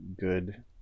good